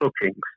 bookings